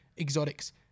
exotics